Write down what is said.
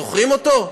זוכרים אותו?